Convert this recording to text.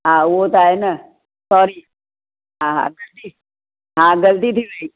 हा उहो त आहे न सॉरी हा हा ग़लती हा ग़लती थी वेई